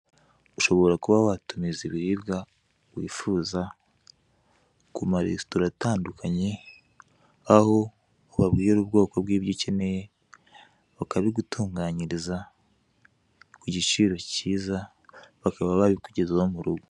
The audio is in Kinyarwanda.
Ushobora kuba watumiza ibiribwa wifuza ku ma resitora atandukanye, aho ubabwira ubwoko bw'ibyo ukeneye, bakabigutunganyiriza ku giciro cyiza, bakaba babikugezaho mu rugo.